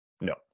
no